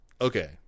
Okay